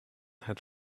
had